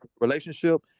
Relationship